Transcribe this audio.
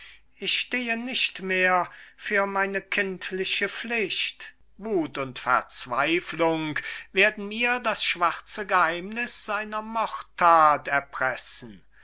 ich stehe nicht mehr für meine kindliche pflicht wuth und verzweiflung werden mir das schwarze geheimniß seiner mordthat erpressen